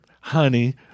honey